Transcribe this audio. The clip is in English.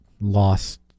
lost